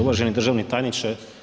Uvaženi državni tajniče.